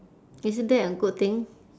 isn't that a good thing